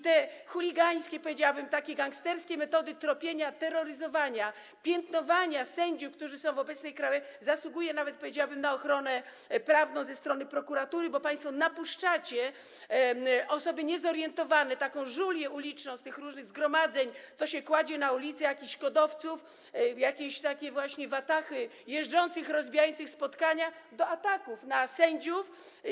Te chuligańskie, powiedziałabym, gangsterskie metody tropienia, terroryzowania, piętnowania sędziów, którzy są w obecnej krajowej radzie, zasługują nawet, powiedziałabym, na ochronę prawną ze strony prokuratury, bo państwo napuszczacie osoby niezorientowane, taką żulię uliczną z różnych zgromadzeń, co się kładzie na ulicy, jakichś KOD-owców, jakieś takie watahy jeżdżących, rozbijających spotkania do ataków na sędziów.